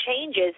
changes